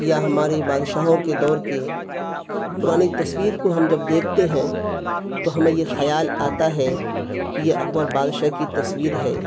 یا ہمارے بادشاہوں کے دور کے پرانی تصویر کو ہم جب دیکھتے ہیں تو ہمیں یہ خیال آتا ہے کہ یہ اکبر بادشاہ کی تصویر ہے